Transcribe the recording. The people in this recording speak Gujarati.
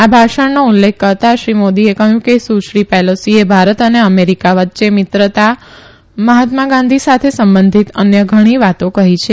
આ ભાષણનો ઉલ્લેખ કરતાં શ્રી મોદીચ્યે કહ્યું કે સુશ્રી પેલોસીએ ભારત અને અમેરીકા વચ્ચે મિત્રતા મહાત્મા ગાંઘી સાથે સંબંઘિત અન્ય ઘણી વવાતો કહી છે